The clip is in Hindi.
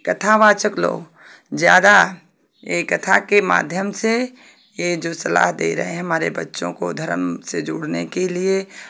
कथावाचक लोग ज़्यादा कथा के माध्यम से यह जो सलाह दे रहे हैं हमारे बच्चों को धर्म से जोड़ने के लिए